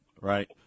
Right